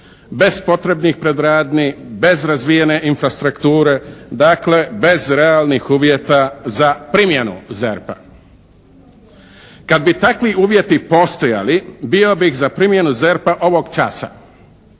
bez potrebnih predradnji, bez razvijene infrastrukture, dakle, bez realnih uvjeta za primjenu ZERP-a. Kad bi takvi uvjeti postojali bio bih za primjenu ZERP-a ovog časa.